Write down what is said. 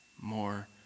more